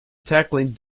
tackling